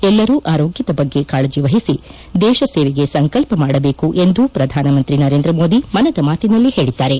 ಎಲ್ಲರೂ ಆರೋಗ್ಯದ ಬಗ್ಗೆ ಕಾಳಜಿ ವಹಿಸಿ ದೇಶ ಸೇವೆಗೆ ಸಂಕಲ್ಪ ಮಾಡಬೇಕು ಎಂದೂ ಪ್ರಧಾನ ಮಂತ್ರಿ ನರೇಂದ್ರ ಮೋದಿ ಮನದ ಮಾತಿನಲ್ಲಿ ಹೇಳಿದ್ದಾರೆ